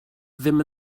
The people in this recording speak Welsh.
ddim